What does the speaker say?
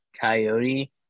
Coyote